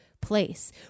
place